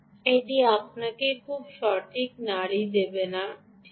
এটি আপনাকে খুব সঠিক নাড়ি দেবে না ঠিক আছে